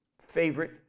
favorite